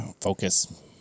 Focus